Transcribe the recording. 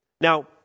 Now